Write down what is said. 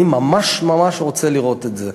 אני ממש ממש רוצה לראות את זה.